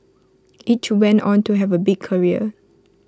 each went on to have A big career